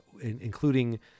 including